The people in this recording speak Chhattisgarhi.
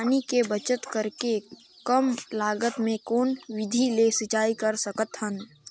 पानी के बचत करेके कम लागत मे कौन विधि ले सिंचाई कर सकत हन?